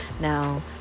now